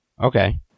Okay